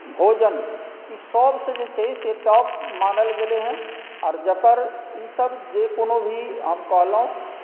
भोजन ईसभ से जे छै से टॉप मानल गेलै हेँ आओर जकर ईसभ जे कोनो भी हम कहलहुँ